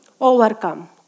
overcome